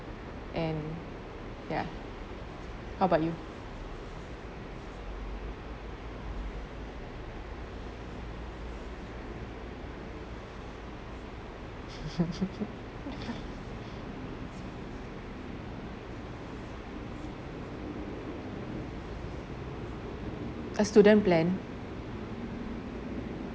and ya how about you a student plan